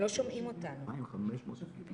יש לי פה המון נקודות במסמך,